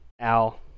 Al